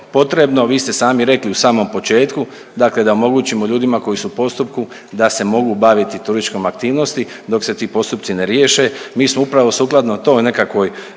vi ste sami rekli u samom početku, dakle da omogućimo ljudima koji su u postupku, da se mogu baviti turističkom aktivnosti dok se ti postupci ne riješe. Mi smo upravo sukladno toj nekakvoj